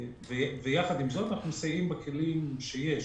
יחד עם זאת, אנחנו מסייעים בכלים שיש.